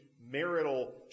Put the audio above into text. marital